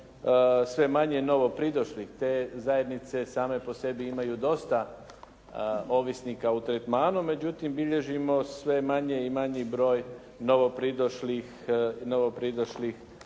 sve manje novopridošlih. Te zajednice same po sebi imaju dosta ovisnika u tretmanu, međutim bilježimo sve manji i manji broj novopridošlih